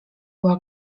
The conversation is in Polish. była